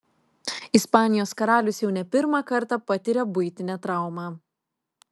ispanijos karalius jau ne pirmą kartą patiria buitinę traumą